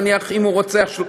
נניח אם הוא רוצח,